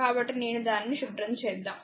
కాబట్టి నేను దానిని శుభ్రం చేద్దాం